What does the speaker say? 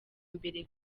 mbere